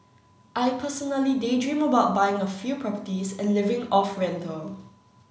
I personally daydream about buying a few properties and living off rental